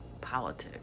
politics